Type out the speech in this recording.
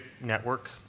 network